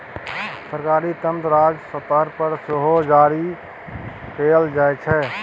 सरकारी ऋण राज्य स्तर पर सेहो जारी कएल जाइ छै